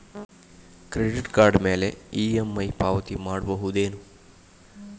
Credit card ಮ್ಯಾಲೆ EMI ಪಾವತಿ ಮಾಡ್ಬಹುದೇನು?